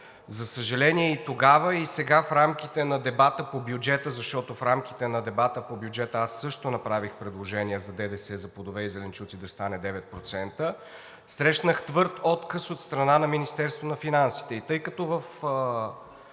За съжаление, и тогава, и сега, в рамките на дебата по бюджета, защото в рамките на дебата по бюджета аз също направих предложение за ДДС за плодове и зеленчуци да стане 9%, срещнах твърд отказ от страна на Министерството на финансите.